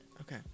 okay